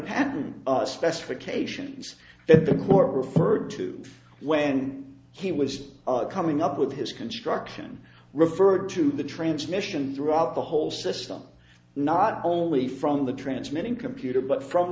us specifications at the core referred to when he was coming up with his construction referred to the transmission throughout the whole system not only from the transmitting computer but from